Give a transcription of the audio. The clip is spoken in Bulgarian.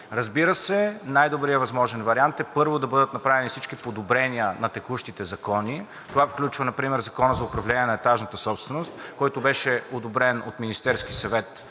Разбира се, най-добрият възможен вариант е първо да бъдат направени всички подобрения на текущите закони, това включва например Закона за управление на етажната собственост, който беше одобрен от Министерския съвет